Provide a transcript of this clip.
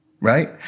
right